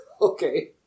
Okay